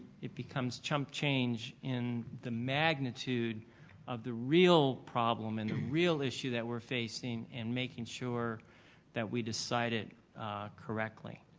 it becomes chump change in the magnitude of the real problem and the real issue that we're facing in making sure that we decided correctly.